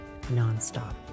nonstop